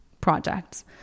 projects